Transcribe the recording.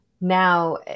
now